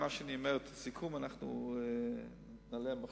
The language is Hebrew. מה שאני אומר הוא: את הסיכום אנחנו נראה מחר.